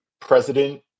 president